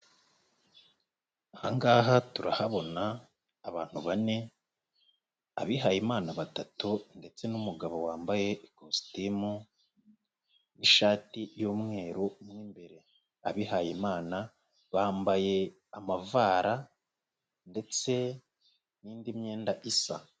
Aha ngaha turahabona abantu bane, abihayimana batatu ndetse n'umugabo wambaye ikositimu n'ishati y'umweru mo imbere, abihayimana bambaye amavara ndetse n'indi myenda isa.